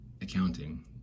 accounting